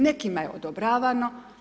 Nekima je odobravano.